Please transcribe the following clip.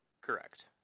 Correct